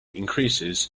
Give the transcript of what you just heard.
increases